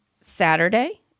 Saturday